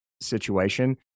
situation